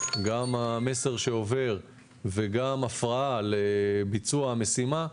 המסר שעובר וגם ההפרעה לביצוע המשימה,